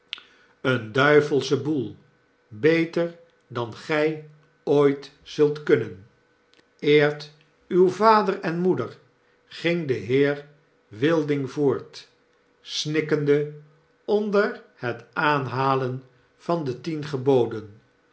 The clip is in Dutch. een duivelsche boel beter dan gy ooit zult kunnen eert uw vader en uw moeder ging de heer wilding voort snikkende onder het aanhalen van de